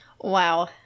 Wow